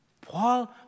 Paul